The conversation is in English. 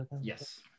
Yes